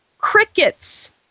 crickets